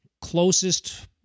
closest